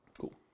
Cool